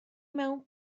mewn